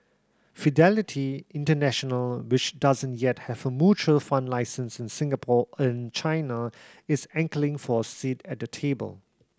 Fidelity International which doesn't yet have a mutual fund license in Singapore in China is angling for a seat at the table